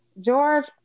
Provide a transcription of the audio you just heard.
George